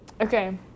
okay